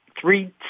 three